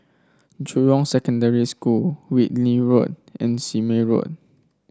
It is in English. Jurong Secondary School Whitley Road and Sime Road